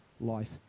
life